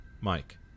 mike